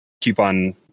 coupon